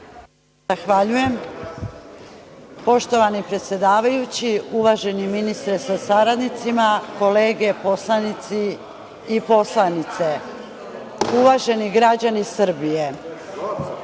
Zahvaljujem. Poštovani predsedavajući, uvaženi ministre sa saradnicima, kolege poslanici i poslanice, uvaženi građani Srbije,